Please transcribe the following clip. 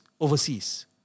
overseas